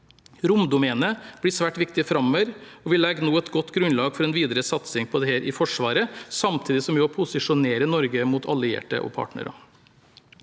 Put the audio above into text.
Romdomenet blir svært viktig framover, og vi legger nå et godt grunnlag for en videre satsing på dette i Forsvaret, samtidig som vi også posisjonerer Norge mot allierte og partnere.